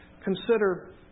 Consider